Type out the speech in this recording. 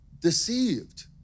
Deceived